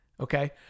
Okay